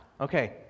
Okay